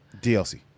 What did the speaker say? DLC